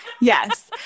Yes